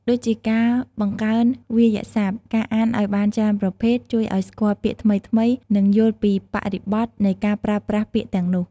ដូចជាការ បង្កើនវាក្យសព្ទ ការអានឱ្យបានច្រើនប្រភេទ ជួយឱ្យស្គាល់ពាក្យថ្មីៗ និងយល់ពីបរិបទនៃការប្រើប្រាស់ពាក្យទាំងនោះ។